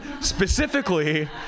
Specifically